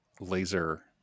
laser